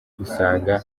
usanga